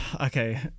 Okay